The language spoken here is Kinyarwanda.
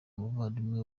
umuvandimwe